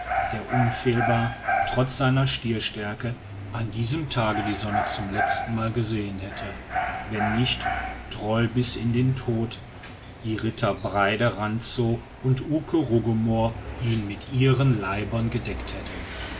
der unfehlbar trotz seiner stierstärke an diesem tage die sonne zum letztenmal gesehen hätte wenn nicht treu bis in den tod die ritter breide rantzow und uke rugemoor ihn mit ihren leibern gedeckt hätten